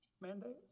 mandates